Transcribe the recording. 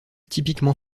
typiquement